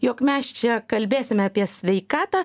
jog mes čia kalbėsime apie sveikatą